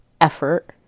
Effort